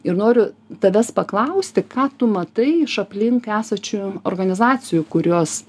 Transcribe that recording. ir noriu tavęs paklausti ką tu matai iš aplink esančių organizacijų kurios